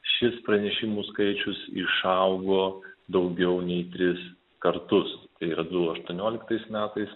šis pranešimų skaičius išaugo daugiau nei tris kartus tai yra du aštuonioliktais metais